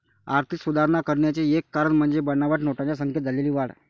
आर्थिक सुधारणा करण्याचे एक कारण म्हणजे बनावट नोटांच्या संख्येत झालेली वाढ